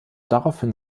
daraufhin